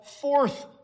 fourth